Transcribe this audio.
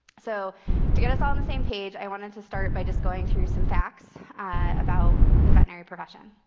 so to get us all on the same page, i wanted to start by just going through some facts about the veterinary profession.